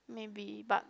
maybe but